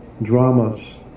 Dramas